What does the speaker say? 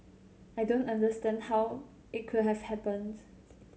I don't understand how it could have happened